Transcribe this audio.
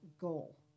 goal